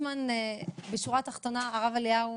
בשורה התחתונה?